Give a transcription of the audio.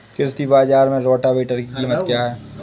कृषि बाजार में रोटावेटर की कीमत क्या है?